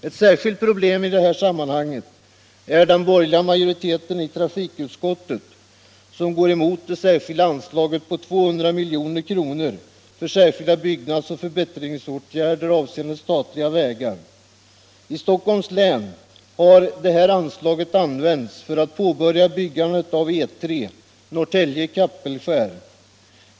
Ett särskilt problem i detta sammanhang är den borgerliga majoriteten i trafikutskottet som går emot det särskilda anslaget på 200 milj.kr. för särskilda byggnadsoch förbättringsåtgärder avseende statliga vägar. I Stockholms län har detta anslag använts för att påbörja byggandet av E 3 Norrtälje-Kappelskär.